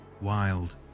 wild